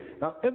now